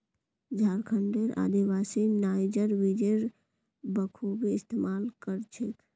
झारखंडेर आदिवासी नाइजर बीजेर बखूबी इस्तमाल कर छेक